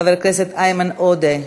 חבר הכנסת איימן עודה,